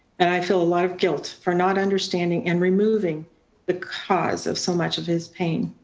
and i feel a lot of guilt for not understanding and removing the cause of so much of his pain.